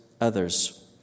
others